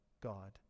God